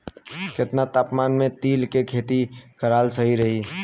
केतना तापमान मे तिल के खेती कराल सही रही?